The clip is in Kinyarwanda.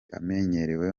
amenyerewe